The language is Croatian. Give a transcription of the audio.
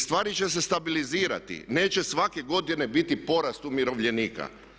Stvari će se stabilizirati, neće svake godine biti porast umirovljenika.